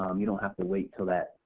um you don't have to wait til that,